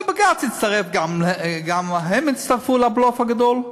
ובג"ץ הצטרף, גם הם הצטרפו לבלוף הגדול.